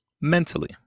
mentally